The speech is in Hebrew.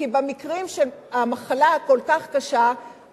כי במקרים שהמחלה כל כך קשה,